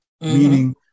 Meaning